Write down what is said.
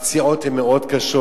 הפציעות הן מאוד קשות.